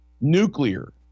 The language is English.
Nuclear